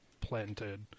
planted